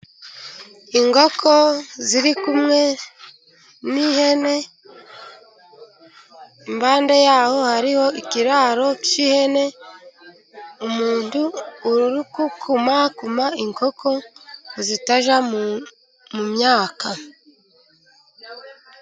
Inkoko ziri kumwe n'ihene, impande ya ho, hariho ikiraro cy'ihene, umuntu uri gukumakuma inkoko ngo zitajya mu myaka.